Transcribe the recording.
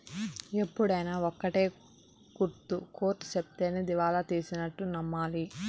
ఎప్పుడైనా ఒక్కటే గుర్తు కోర్ట్ సెప్తేనే దివాళా తీసినట్టు నమ్మాలి